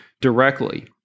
directly